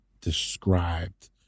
described